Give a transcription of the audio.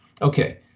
Okay